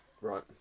Right